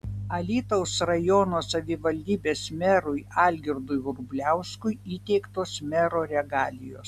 alytaus rajono savivaldybės merui algirdui vrubliauskui įteiktos mero regalijos